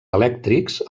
elèctrics